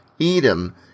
Edom